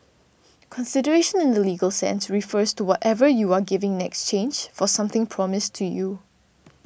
consideration in the legal sense refers to whatever you are giving exchange for something promised to you